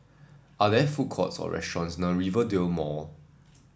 are there food courts or restaurants near Rivervale Mall